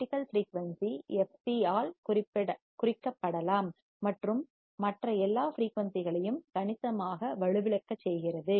critical frequency fc ஆல் குறிக்கப்படலாம் மற்றும் மற்ற எல்லா ஃபிரீயூன்சிகளையும் கணிசமாகக் வலுவிழக்கச் செய்கிறது